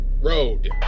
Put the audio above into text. road